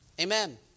Amen